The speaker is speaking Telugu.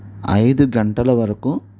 ఐదు గంటల వరకు